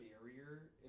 barrier